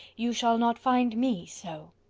you shall not find me so.